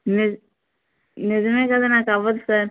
ని నిజమే కదా నాకు అవ్వదు సార్